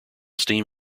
steam